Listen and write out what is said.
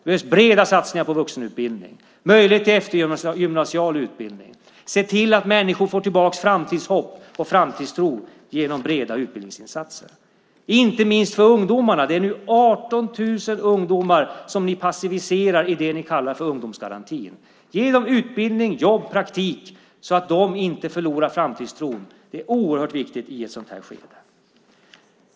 Det behövs breda satsningar på vuxenutbildning, möjligheter till eftergymnasial utbildning och att se till att människor får tillbaka framtidshopp och framtidstro genom breda utbildningsinsatser, inte minst för ungdomarna. Det är nu 18 000 ungdomar som ni passiviserar i det ni kallar ungdomsgarantin. Det är oerhört viktigt i ett sådant här skede.